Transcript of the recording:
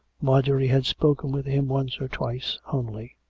marjorie had spoken with him once or twice only.